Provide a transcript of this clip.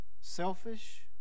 selfish